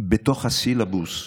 בתוך הסילבוס,